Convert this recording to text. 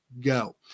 go